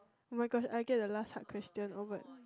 oh-my-god I get the last hard question oh but